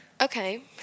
Okay